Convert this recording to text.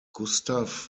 gustav